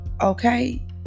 Okay